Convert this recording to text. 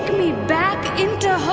me back into